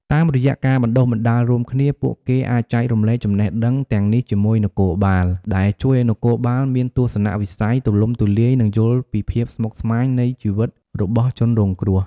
តាមរយៈការបណ្តុះបណ្តាលរួមគ្នា ពួកគេអាចចែករំលែកចំណេះដឹងទាំងនេះជាមួយនគរបាល ដែលជួយឱ្យនគរបាលមានទស្សនវិស័យទូលំទូលាយ និងយល់ពីភាពស្មុគស្មាញនៃជីវិតរបស់ជនរងគ្រោះ។